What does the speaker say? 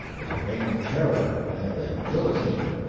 was a reign of terror and a guillotine,